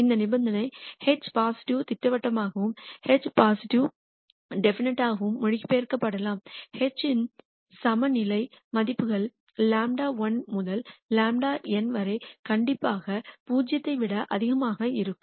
அந்த நிபந்தனை H positive திட்டவட்டமாகவும் H பாசிட்டிவ் டிஃபன்நைட் ஆகவும் மொழிபெயர்க்கப்படலாம் H இன் n சமநிலை மதிப்புகள் λ1 முதல் λn வரை கண்டிப்பாக 0 ஐ விட அதிகமாக இருக்கும்